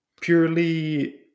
purely